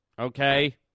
Okay